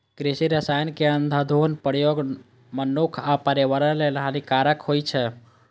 कृषि रसायनक अंधाधुंध प्रयोग मनुक्ख आ पर्यावरण लेल हानिकारक होइ छै